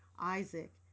Isaac